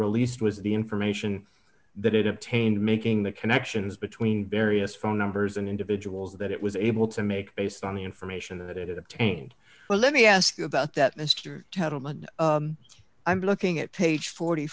released was the information that it obtained making the connections between various phone numbers and individuals that it was able to make based on the information that it obtained well let me ask you about that mr adelman i'm looking at page forty